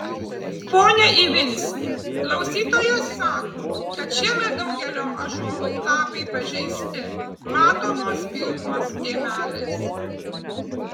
pone ivinski klausytojas sako kad šiemet daugelio ąžuolų lapai pažeisti matomos pilkos dėmelės